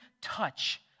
touch